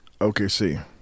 OKC